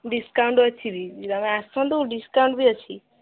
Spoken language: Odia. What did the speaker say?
ଡିସ୍କାଉଣ୍ଟ୍ ଅଛି ବି ଯେବେ ଆସନ୍ତୁ ଡିସ୍କାଉଣ୍ଟ୍ ବି ଅଛି